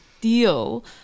deal